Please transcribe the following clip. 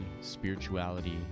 spirituality